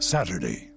Saturday